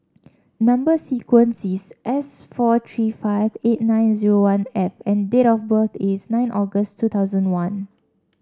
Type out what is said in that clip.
number sequence is S four three five eight nine zero one F and date of birth is nine August two thousand one